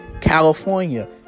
California